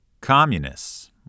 Communists